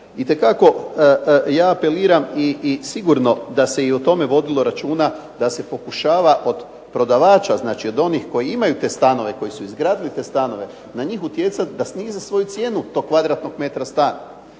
itekako ja apeliram i sigurno da se i o tome vodilo računa da se pokušava od prodavača, znači od onih koji imaju te stanove, koji su izgradili te stanove na njih utjecati da snize svoju cijenu tog kvadratnog metra stana.